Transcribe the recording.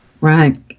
Right